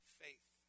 faith